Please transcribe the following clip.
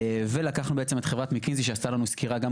ולקחנו את חברת מקנזי שעשתה לנו סקירה גם